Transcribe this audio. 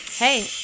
Hey